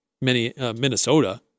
Minnesota